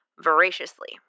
voraciously